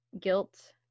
guilt